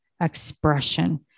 expression